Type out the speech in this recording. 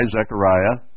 Zechariah